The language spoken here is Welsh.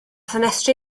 ffenestri